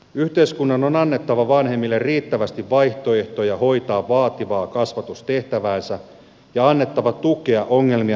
yhteiskunnan on annettava vanhemmille riittävästi vaihtoehtoja hoitaa vaativaa kasvatustehtäväänsä ja annettava tukea ongelmia ennalta ehkäiseviin toimiin